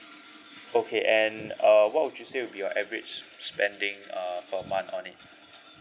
okay and uh what would you say will be your average s~ spending err per month on it